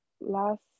last